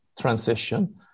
transition